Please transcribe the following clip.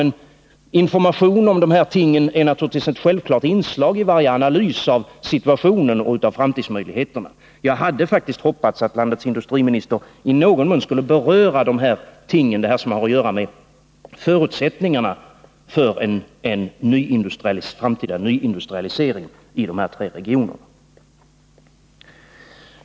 Men information om de här tingen är ett självklart inslag i varje analys av situationen och av framtidsmöjligheterna. Jag hade faktiskt hoppats att landets industriminister i någon mån skulle beröra det här som har att göra med förutsättningarna för en framtida nyindustrialisering i dessa tre regioner.